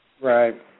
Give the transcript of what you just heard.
Right